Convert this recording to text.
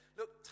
look